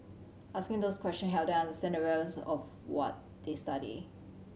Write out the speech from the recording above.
asking those questions helped them understand the relevance of to what they study